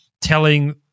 telling